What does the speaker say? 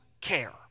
care